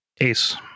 ace